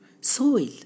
soil